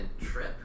trip